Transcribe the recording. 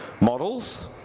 Models